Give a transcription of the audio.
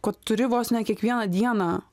kad turi vos ne kiekvieną dieną